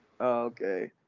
Okay